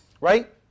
Right